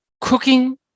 Cooking